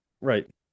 right